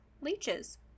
leeches